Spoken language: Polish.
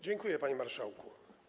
Dziękuję, panie marszałku.